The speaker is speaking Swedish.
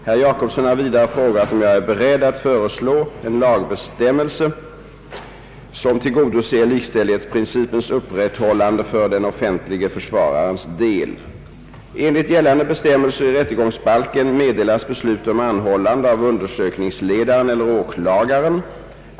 Herr Jacobsson har vidare frågat om jag är beredd att föreslå en lagbestämmelse som tillgodoser likställighetsprincipens upprätthållande för den offentlige försvararens del. Enligt gällande bestämmelser i rättegångsbalken meddelas beslut om anhållande av undersökningsledaren eller åklagaren.